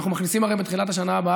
אנחנו מכניסים בתחילת השנה הבאה,